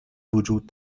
وجود